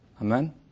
Amen